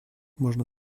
можно